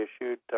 issued